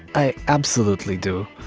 i absolutely do.